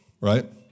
right